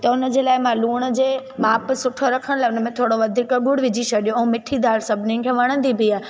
त उन जे लाइ लूण जे माप सुठो रखण लाइ उन में थोरो वधीक ॻुड़ु विझी छॾियो ऐं मिठी दाल सभिनीनि खे वणंदी बि आहे